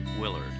Willard